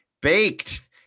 baked